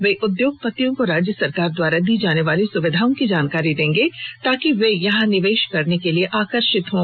वे उद्योगतियों को राज्य सरकार द्वारा दी जाने वाली सुविधाओं की जानकारी देंगे ताकि वे यहां निवेश करने के लिए आकर्षित हों